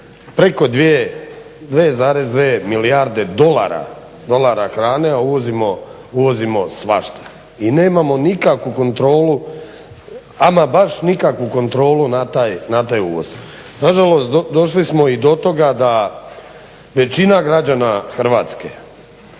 preko 2, 2 milijarde dolara hrane, a uvozimo svašta. I nemamo nikakvu kontrolu, ama baš nikakvu kontrolu na taj uvoz. Nažalost došli smo i do toga da većina građana Hrvatske